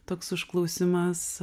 toks užklausimas